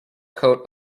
coat